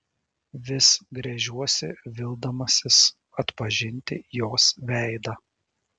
vis gręžiuosi vildamasis atpažinti jos veidą